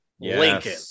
Lincoln